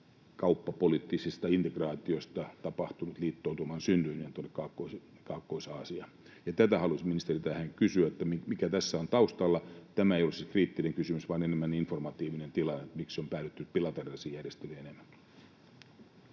kauppapoliittisista integraatioista tapahtunut liittoutuma tuonne Kaakkois-Aasiaan. Tätä halusin ministeriltä kysyä, mikä tässä on taustalla. Tämä ei ole kriittinen kysymys vaan enemmän informatiivinen tilanne, miksi on päädytty bilateraalisiin järjestelyihin enemmänkin.